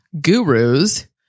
Gurus